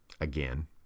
Again